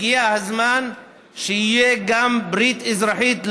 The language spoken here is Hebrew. הגיע הזמן שתהיה גם ברית אזרחית,